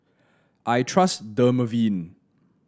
I trust Dermaveen